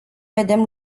vedem